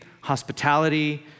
hospitality